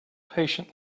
patient